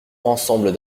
ensemble